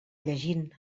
llegint